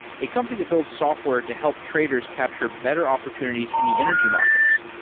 a company that builds software to help traders captures better opportunities in the energy markets.